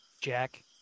Jack